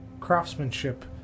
craftsmanship